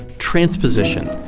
transposition,